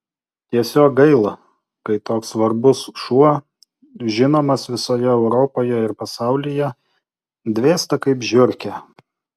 tiesiog gaila kai toks svarbus šuo žinomas visoje europoje ir pasaulyje dvėsta kaip žiurkė